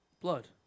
Blood